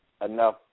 enough